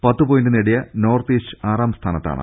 പത്ത് പോയിന്റ് നേടിയ north east ആറാം സ്ഥാന ത്താണ്